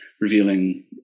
revealing